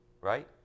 right